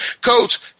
Coach